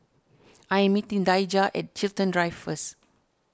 I am meeting Daijah at Chiltern Drive first